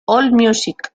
allmusic